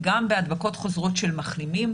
גם בהדבקות חוזרות של מחלימים,